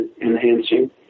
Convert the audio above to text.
enhancing